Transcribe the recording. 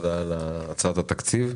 תודה על הצעת התקציב.